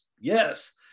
Yes